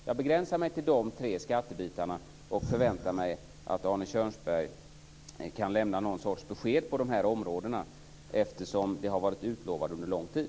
Jag begränsar mig till dessa tre skattefrågor och förväntar mig att Arne Kjörnsberg kan lämna någon sorts besked på de här områdena, eftersom det har varit utlovat under lång tid.